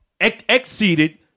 exceeded